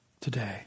today